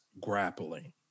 grappling